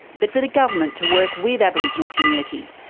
but for the government to work with aboriginal communities,